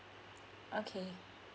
okay